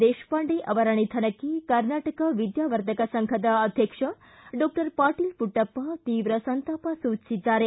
ದೇಶಪಾಂಡೆ ಅವರ ನಿಧನಕ್ಕೆ ಕರ್ನಾಟಕ ವಿದ್ಯಾವರ್ಧಕ ಸಂಘದ ಅಧ್ಯಕ್ಷ ಡಾಕ್ಟರ್ ಪಾಟೀಲ್ ಪುಟ್ಟಪ್ಪ ತೀವ್ರ ಸಂತಾಪ ಸೂಚಿಸಿದ್ದಾರೆ